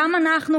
גם אנחנו,